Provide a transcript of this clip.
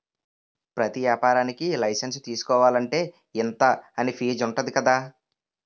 ప్రతి ఏపారానికీ లైసెన్సు తీసుకోలంటే, ఇంతా అని ఫీజుంటది కదా